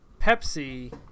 Pepsi